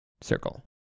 Circle